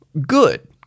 Good